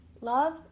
Love